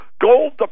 gold